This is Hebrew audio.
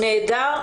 הוא נהדר,